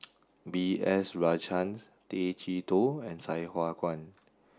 B S Rajhans Tay Chee Toh and Sai Hua Kuan